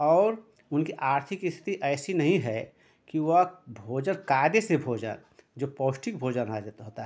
और उनके आर्थिक स्थिति ऐसी नहीं है कि वह भोजन कायदे से भोजन जो पौष्टिक भोजन होता है